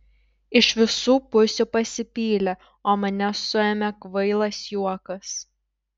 iš visų pusių pasipylė o mane suėmė kvailas juokas